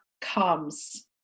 comes